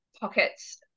pockets